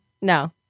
No